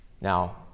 Now